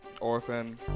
Orphan